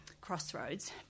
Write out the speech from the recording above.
crossroads